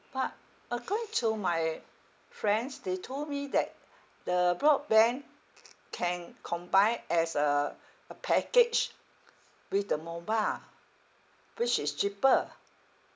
but according to my friends they told me that the broadband can combine as a a package with the mobile which is cheaper